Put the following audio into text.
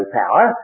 power